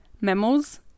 mammals